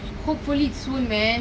hopefully soon man